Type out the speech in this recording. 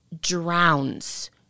drowns